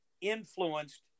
influenced